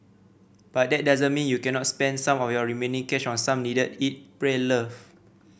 but that doesn't mean you cannot spend some of your remaining cash on some needed eat pray love